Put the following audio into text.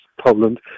Poland